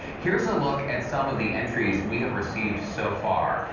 here's a look at some of the entries we have received so far.